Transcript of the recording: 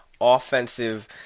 offensive